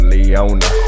Leona